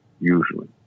Usually